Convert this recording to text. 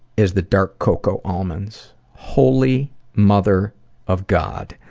is the dark cocoa almonds. holy mother of god.